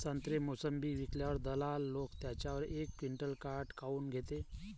संत्रे, मोसंबी विकल्यावर दलाल लोकं त्याच्यावर एक क्विंटल काट काऊन घेते?